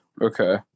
okay